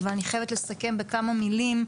אבל אני חייבת לסכם בכמה מילים.